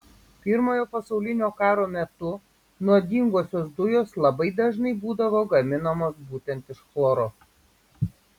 pirmojo pasaulinio karo metu nuodingosios dujos labai dažnai būdavo gaminamos būtent iš chloro